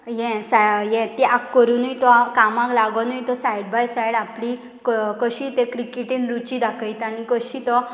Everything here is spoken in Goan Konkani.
हें साय हें त्याग करुनूय तो कामाक लागोनूय तो सायड बाय सायड आपली कशी ते क्रिकेटीन रुची दाखयता आनी कशी तो